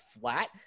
flat